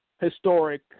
historic